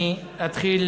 אני אתחיל